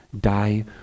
die